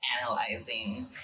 analyzing